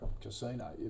casino